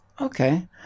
okay